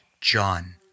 John